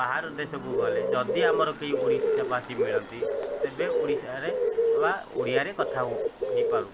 ବାହାର ଦେଶକୁ ଗଲେ ଯଦି ଆମର କେହି ଓଡ଼ିଶା ବାସୀ ମିଳନ୍ତି ତେବେ ଓଡ଼ିଶାରେ ବା ଓଡ଼ିଆରେ କଥା ହୋଇ ପାରୁ